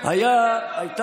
זה מסתדר טוב עם הפועל תל אביב.